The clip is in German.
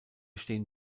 stehen